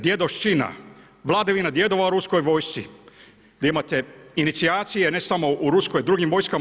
Djedoščina, vladavina djedova u ruskoj vojsci gdje imate inicijacije ne samo u ruskoj, drugim vojskama.